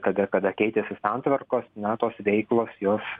kada kada keitėsi santvarkos na tos veiklos jos